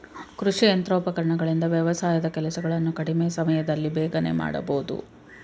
ಕೃಷಿ ಯಂತ್ರೋಪಕರಣಗಳಿಂದ ವ್ಯವಸಾಯದ ಕೆಲಸಗಳನ್ನು ಕಡಿಮೆ ಸಮಯದಲ್ಲಿ ಬೇಗನೆ ಮಾಡಬೋದು